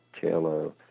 Taylor